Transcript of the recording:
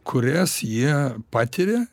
kurias jie patiria